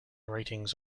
ratings